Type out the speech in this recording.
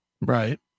Right